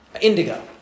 indigo